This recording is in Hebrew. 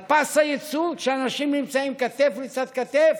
על פס הייצור, כשאנשים נמצאים כתף לצד כתף,